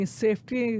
safety